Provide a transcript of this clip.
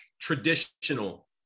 traditional